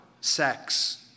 sex